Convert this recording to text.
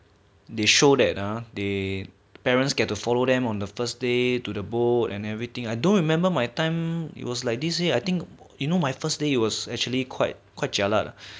they showed that ah they the parents get to follow them on the first day to the boat and everything I don't remember my time it was like this eh I think you know my first day was actually quite quite jialat lah